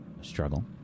...struggle